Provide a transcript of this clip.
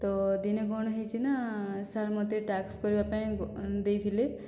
ତ ଦିନେ କଣ ହେଇଛି ନା ସାର୍ ମୋତେ ଟାସ୍କ କରିବା ପାଇଁ ଦେଇଥିଲେ